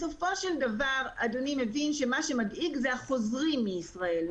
בסופו של דבר אדוני מבין שמה שמדאיג זה החוזרים מישראל.